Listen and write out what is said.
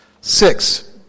Six